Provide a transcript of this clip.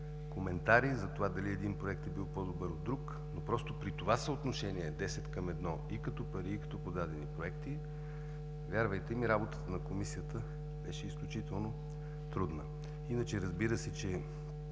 коментари за това дали един проект е бил по-добър от друг, но просто при това съотношение десет към едно и като пари, и като подадени проекти, вярвайте ми, работата на Комисията беше изключително трудна. Разбира се, че